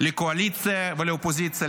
לקואליציה ולאופוזיציה,